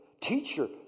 Teacher